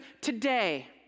TODAY